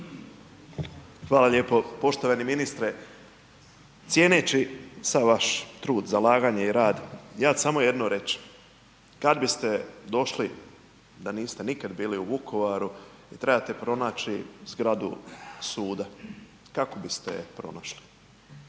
Hvala lijepo. Poštovani ministre, cijeneći sav vaš trud, zalaganje i rad, ja ću samo jedno reć', kad biste došli, da niste nikad bili u Vukovaru, i trebate pronaći zgradu Suda, kako biste je pronašli?